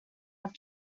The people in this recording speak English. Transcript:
have